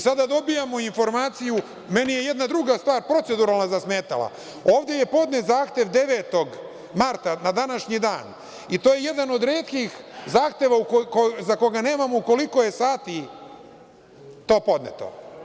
Sada dobijamo informaciju, meni je jedna druga stvar proceduralna zasmetala, ovde je podnet zahtev 9. marta, na današnji dan, i to je jedan od retkih zahteva za koga nemamo u koliko je sati to podneto.